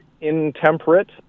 Intemperate